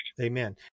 Amen